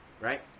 Right